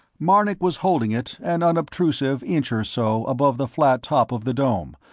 marnik was holding it an unobtrusive inch or so above the flat top of the dome,